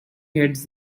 heads